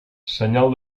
senyal